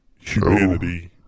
humanity